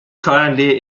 currently